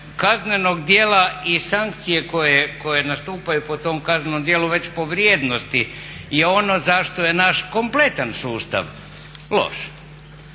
kaznenog djela i sankcije koje nastupaju po tom kaznenom djelu već po vrijednosti je ono zašto je naš kompletan sustav loš.